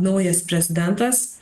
naujas prezidentas